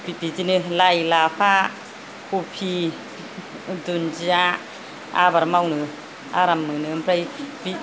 थिग बिदिनो लाइ लाफा कफि दुन्दिया मावनो आराम मोनो ओमफ्राय